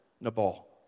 Nabal